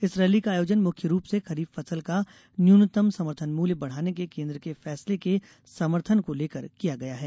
इस रैली का आयोजन मुख्य रूप से खरीफ फसल का न्यूनतम समर्थन मूल्य बढ़ाने के केन्द्र के फैसले के आभार को लेकर किया गया है